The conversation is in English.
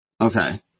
Okay